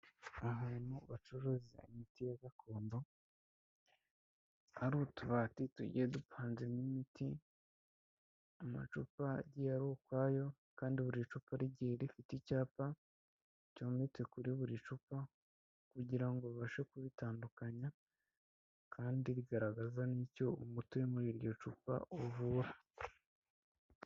Ahantu bacuruza imiti ya gakondo hari utubati tugiye dupanzemo imiti, amacupa agiye ari ukwayo, kandi buri cupa rigiye rifite icyapa cyometse kuri buri cupa kugira ngo ubashe kubitandukanya kandi rigaragaza n'icyo umuti uri muri iryo cupa uvura.